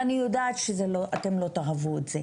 ואני יודעת שאתם לא תאהבו את זה,